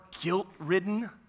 guilt-ridden